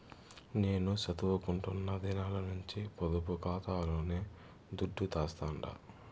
నేను సదువుకుంటున్న దినాల నుంచి పొదుపు కాతాలోనే దుడ్డు దాస్తండా